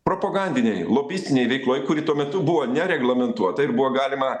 propagandinėj lobistinėj veikloj kuri tuo metu buvo nereglamentuota ir buvo galima